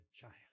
child